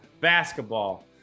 basketball